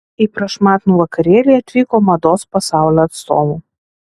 į prašmatnų vakarėlį atvyko mados pasaulio atstovų